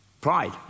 pride